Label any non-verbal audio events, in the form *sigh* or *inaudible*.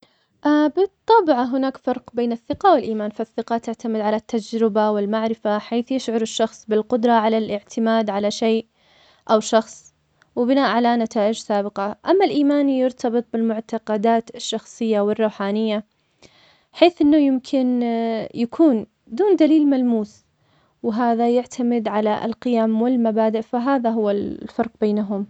بالطبع هناك فرق بين الثقة والإيمان, فالثقة تعتمد على التجربة والمعرفة, حيث يشعر الشخص بالقدرة على الإعتماد على شيء أو شخص وبناء على نتائج سابقة أما الإيمان يرتبط بالمعتقدات الشخصية والروحانية حيث أنه يمكن *hesitation* يكون دون دليل ملموس وهذا يعتمد على القيم والمبادئ فهذا هو الفرق بينهم.